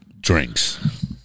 drinks